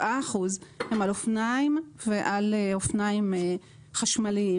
אחוזים הם על אופניים ועל אופניים חשמליים.